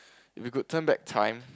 if we could turn back time